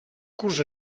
curts